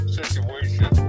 Situation